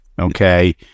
Okay